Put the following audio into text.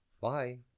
Bye